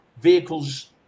vehicles